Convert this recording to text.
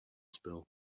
spill